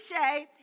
say